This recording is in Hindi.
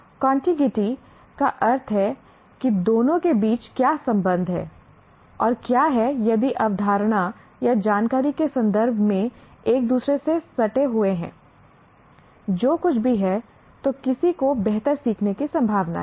कॉन्टिगिटी का अर्थ है कि दोनों के बीच क्या संबंध है और क्या है यदि अवधारणा या जानकारी के संदर्भ में एक दूसरे से सटे हुए हैं जो कुछ भी है तो किसी को बेहतर सीखने की संभावना है